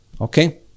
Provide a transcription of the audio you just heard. Okay